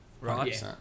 right